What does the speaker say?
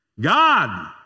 God